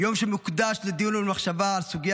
יום שמוקדש לדיון ולמחשבה על סוגיה